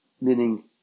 meaning